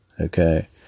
okay